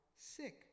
sick